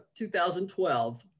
2012